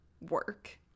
work